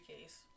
case